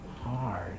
hard